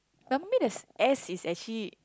normally there's S is actually